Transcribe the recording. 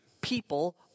people